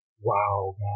Wow